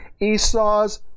Esau's